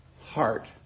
heart